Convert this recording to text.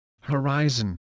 Horizon